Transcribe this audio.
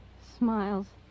Smiles